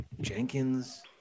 Jenkins